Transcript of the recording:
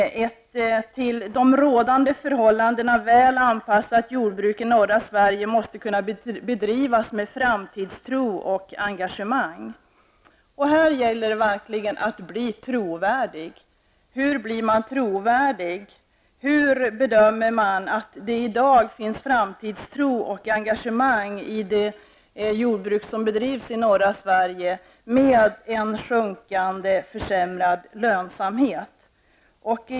Ett till de rådande förhållandena väl anpassat jordbruk i norra Sverige måste kunna bedrivas med framtidstro och engagemang. Det gäller här att verkligen bli trovärdig. Hur kan regeringen bli trovärdig när den bedömer att det skall finnas framtidstro och engagemang i det jordbruk som bedrivs i norra Sverige med en sjunkande och försämrad lönsamhet?